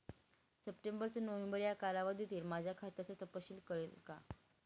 September ते November या कालावधीतील माझ्या खात्याचा तपशील कळेल का?